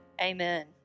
Amen